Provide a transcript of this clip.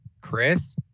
Chris